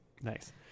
nice